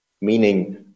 meaning